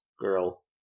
girl